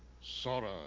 Sora